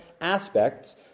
aspects